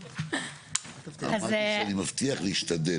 אמרתי שאני מבטיח להשתדל.